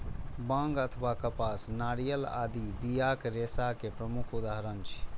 बांग अथवा कपास, नारियल आदि बियाक रेशा के प्रमुख उदाहरण छियै